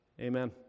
Amen